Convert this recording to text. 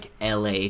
LA